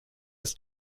ist